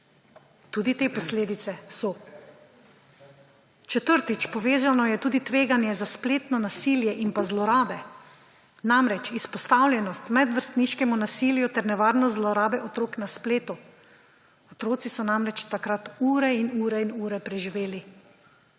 Tudi te posledice so. Četrtič, povezano je tudi tveganje za spletno nasilje in pa zlorabe. Namreč izpostavljenost medvrstniškemu nasilju ter nevarnost zlorabe otrok na spletu, otroci so namreč takrat ure in ure in ure preživeli